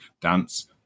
dance